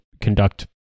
conduct